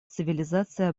цивилизация